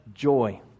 joy